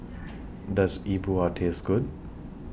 Does E Bua Taste Good